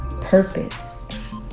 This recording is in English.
purpose